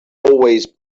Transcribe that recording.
always